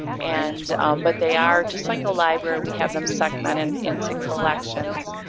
and but they are just like a library, we have them segmented into collections.